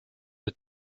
der